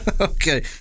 Okay